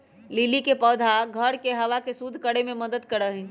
lily के पौधा घर के हवा के शुद्ध करे में मदद करा हई